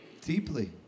Deeply